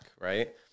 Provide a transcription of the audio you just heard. right